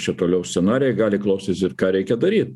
čia toliau scenarijai gali klostytis ir ką reikia daryt